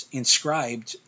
inscribed